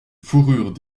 fourrures